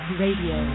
radio